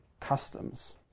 customs